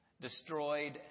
destroyed